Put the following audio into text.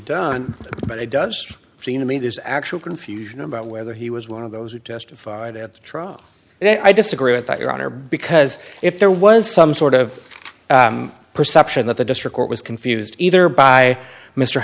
done but it does seem to me there's actual confusion about whether he was one of those who testified at the trial and i disagree with that your honor because if there was some sort of perception that the district court was confused either by mr